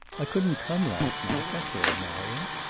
i couldn't come last night. that's all, marion.